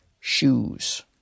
shoes